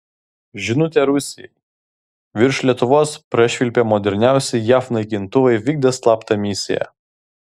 žinutė rusijai virš lietuvos prašvilpę moderniausi jav naikintuvai vykdė slaptą misiją